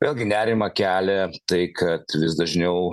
vėlgi nerimą kelia tai kad vis dažniau